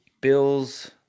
Bill's